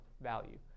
value